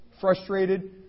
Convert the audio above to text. Frustrated